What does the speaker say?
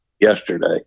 yesterday